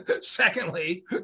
Secondly